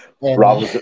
Rob